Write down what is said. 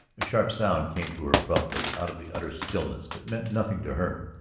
sharp sound came to her abruptly out of the utter stillness but meant nothing to her.